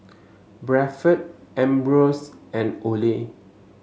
Bradford Ambros and Olay